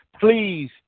Please